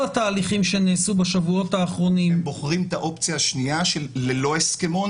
הם בוחרים את האופציה השנייה של ללא הסכמון,